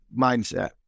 mindset